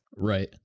Right